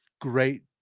great